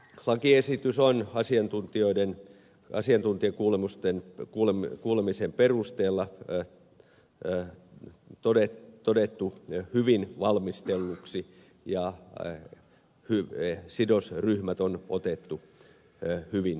lakiesitys on asiantuntijakuulemisen perusteella todettu hyvin valmistelluksi ja sidosryhmät on otettu hyvin huomioon